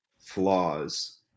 flaws